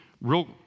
Real